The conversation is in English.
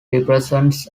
represents